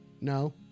No